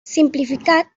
simplificat